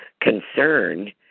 concern